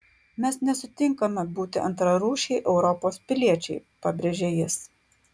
mes nesutinkame būti antrarūšiai europos piliečiai pabrėžė jis